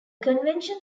convention